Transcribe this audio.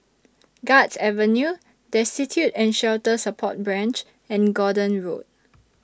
Guards Avenue Destitute and Shelter Support Branch and Gordon Road